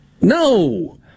No